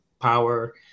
power